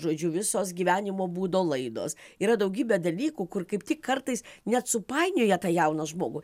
žodžiu visos gyvenimo būdo laidos yra daugybė dalykų kur kaip tik kartais net supainioja tą jauną žmogų